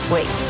Wait